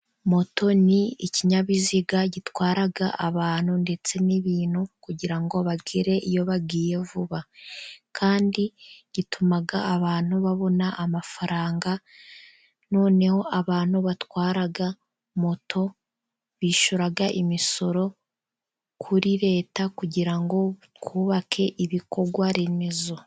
Moto ni ikinyabiziga gitwara abantu ndetse n'ibintu, kugira ngo bagere iyo bagiye vuba kandi gituma abantu babona amafaranga, noneho abantu batwara moto bishyura imisoro kuri leta kugirango twubake ibikorwaremezo.